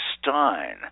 Stein